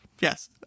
Yes